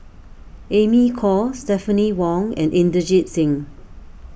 Amy Khor Stephanie Wong and Inderjit Singh